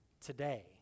today